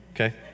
okay